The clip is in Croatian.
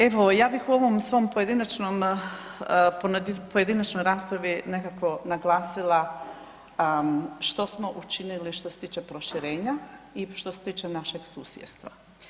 Evo ja bih u ovom svom pojedinačnom, pojedinačnoj raspravi nekako naglasila što smo učinili što se tiče proširenja i što se tiče našeg susjedstva.